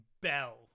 bell